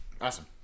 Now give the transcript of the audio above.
Awesome